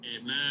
amen